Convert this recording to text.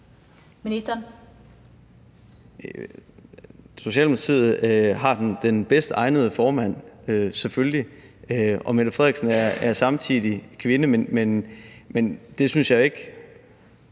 Kollerup): Socialdemokratiet har den bedst egnede formand, selvfølgelig, og Mette Frederiksen er samtidig kvinde, men jeg ved ikke,